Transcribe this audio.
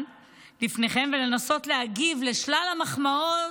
לפניכם ולנסות להגיב לשלל ה"מחמאות"